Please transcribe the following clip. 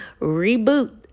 reboot